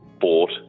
bought